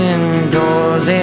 Indoors